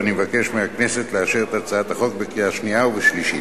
ואני מבקש מהכנסת לאשר אותה בקריאה שנייה ושלישית.